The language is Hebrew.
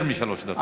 יותר משלוש דקות.